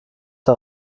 der